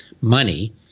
money